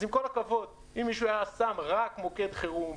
אז עם כל הכבוד, אם מישהו היה שם רק מוקד חירום,